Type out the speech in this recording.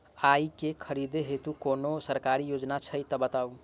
आइ केँ खरीदै हेतु कोनो सरकारी योजना छै तऽ बताउ?